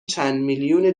چندمیلیونی